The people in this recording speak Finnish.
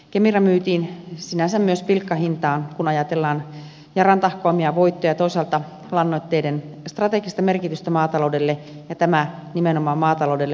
kemira myytiin sinänsä myös pilkkahintaan kun ajatellaan yaran tahkoamia voittoja ja toisaalta lannoitteiden strategista merkitystä maataloudelle ja tämä maataloudelle nimenomaan huutomerkin kera